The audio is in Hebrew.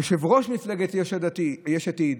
יושב-ראש מפלגת יש עתיד,